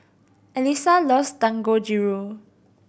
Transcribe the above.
Elisa loves Dangojiru